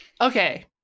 Okay